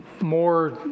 more